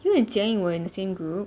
you and jie ying were in the same group